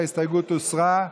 ההסתייגות הוסרה.